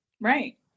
Right